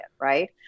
right